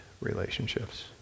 relationships